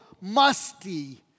musty